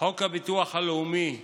חוק הביטוח הלאומי ,